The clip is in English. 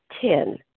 Ten